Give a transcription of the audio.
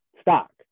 Stock